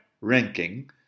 ranking